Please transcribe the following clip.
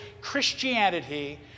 Christianity